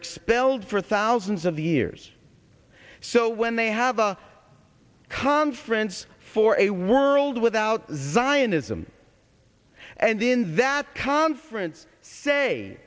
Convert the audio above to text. expelled for thousands of years so when they have a conference for a world without zionism and in that conference say